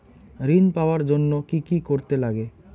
ঋণ পাওয়ার জন্য কি কি করতে লাগে?